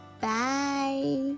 Bye